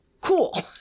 cool